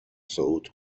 صعود